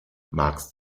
magst